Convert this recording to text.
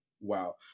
Wow